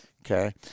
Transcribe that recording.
Okay